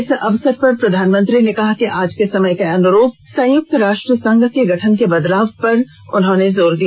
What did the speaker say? इस अवसर पर प्रधानमंत्री ने कहा कि आज के समय के अनुरूप संयुक्त राष्ट्र संघ के गठन के बदलाव पर जोर दिया